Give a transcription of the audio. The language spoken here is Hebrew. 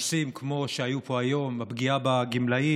נושאים כמו שהיו פה היום: הפגיעה בגמלאים,